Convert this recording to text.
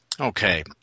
Okay